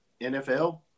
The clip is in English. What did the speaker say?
NFL